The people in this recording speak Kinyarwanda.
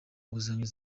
nguzanyo